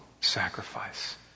Sacrifice